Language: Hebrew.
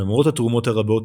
למרות התרומות הרבות,